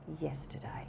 yesterday